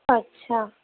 اچھا